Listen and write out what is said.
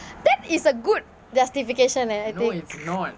that is a good justification leh I think